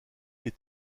les